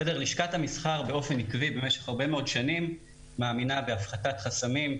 לשכת המסחר באופן עקבי במשך הרבה מאוד שנים מאמינה בהפחתת חסמים,